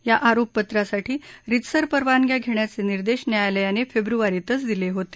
या आरोपपत्रासाठी रितसर परवानग्या घेण्याचे निर्देश न्यायालयाने फेब्रुवारीतच दिले होते